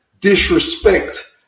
disrespect